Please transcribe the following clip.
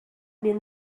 been